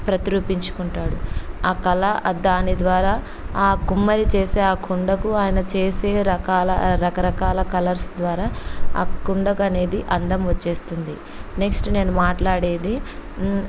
ప్రతిరూపించుకుంటాడు ఆ కళ దాని ద్వారా ఆ కుమ్మరి చేసే ఆ కుండకు ఆయన చేసే రకాల రకరకాల కలర్స్ ద్వారా ఆ కుండకు అనేది అందం వచ్చేస్తుంది నెక్స్ట్ నేను మాట్లాడేది